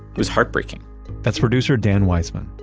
it was heartbreaking that's producer dan weissmann,